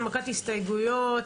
הנמקת הסתייגויות,